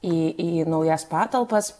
į į naujas patalpas